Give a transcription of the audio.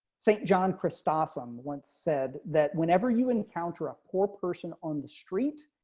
st. john chris dawson once said that whenever you encounter a poor person on the street.